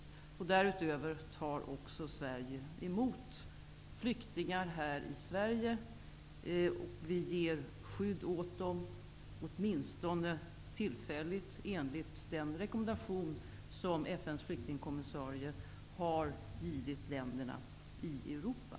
Därutöver tar också Sverige emot flyktingar. De ges skydd, åtminstone tillfälligt, enligt den rekommendation som FN:s flyktingkommissarie har givit länderna i Europa.